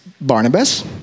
Barnabas